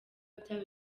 byaba